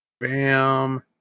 Bam